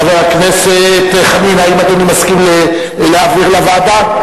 חבר הכנסת חנין, האם אדוני מסכים להעביר לוועדה?